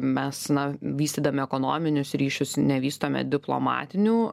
mes na vystydami ekonominius ryšius nevystome diplomatinių